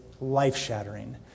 life-shattering